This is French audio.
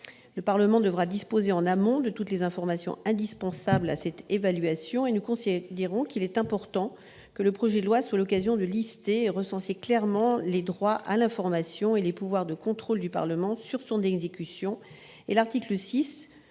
Le Parlement devra disposer en amont de toutes les informations indispensables à cette évaluation et nous considérons qu'il est important que le projet de loi liste et recense clairement les droits à l'information et les pouvoirs de contrôle du Parlement sur son exécution.